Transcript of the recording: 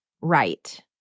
right